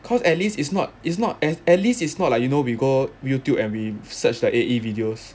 cause at least it's not it's not as at least it's not like you know we go YouTube and we search like A_E videos